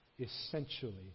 essentially